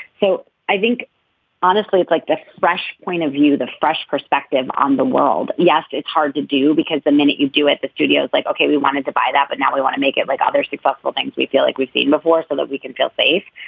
so i think honestly it's like the fresh point of view the fresh perspective on the world. yes it's hard to do because the minute you do it the studio is like ok you wanted to buy that but now we want to make it like other successful things. we feel like we've seen before so that we can feel safe.